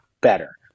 better